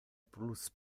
plus